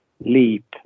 leap